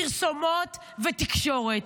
פרסומות ותקשורת.